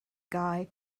guy